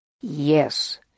Yes